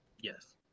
Yes